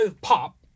pop